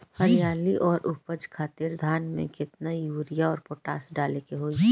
हरियाली और उपज खातिर धान में केतना यूरिया और पोटाश डाले के होई?